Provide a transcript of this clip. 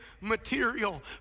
material